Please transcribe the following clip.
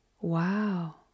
Wow